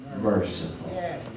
merciful